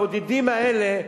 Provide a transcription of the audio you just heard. הבודדים האלה,